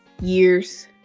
years